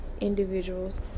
individuals